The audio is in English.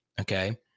Okay